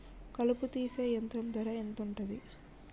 కలుపు తీసే యంత్రం ధర ఎంతుటది?